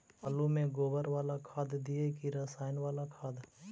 आलु में गोबर बाला खाद दियै कि रसायन बाला खाद?